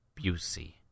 Busey